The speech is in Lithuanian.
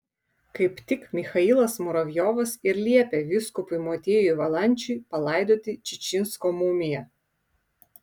kaip tik michailas muravjovas ir liepė vyskupui motiejui valančiui palaidoti čičinsko mumiją